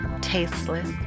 tasteless